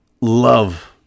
love